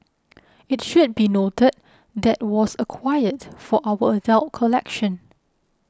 it should be noted that was acquired for our adult collection